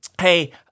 Hey